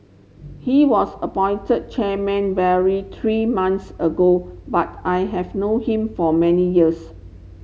he was appointed chairman three months ago but I have know him for many years